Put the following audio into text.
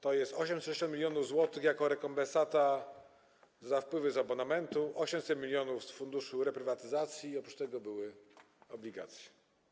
To jest 860 mln zł jako rekompensata za wpływy z abonamentu, 800 mln - z Funduszu Reprywatyzacji, oprócz tego były obligacje.